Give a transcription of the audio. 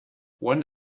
one